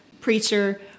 preacher